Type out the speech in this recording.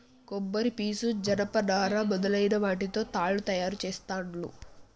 కొబ్బరి పీసు జనప నారా మొదలైన వాటితో తాళ్లు తయారు చేస్తాండ్లు